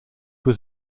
was